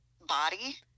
body